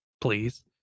please